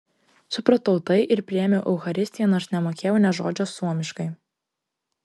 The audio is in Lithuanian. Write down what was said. supratau tai ir priėmiau eucharistiją nors nemokėjau nė žodžio suomiškai